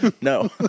no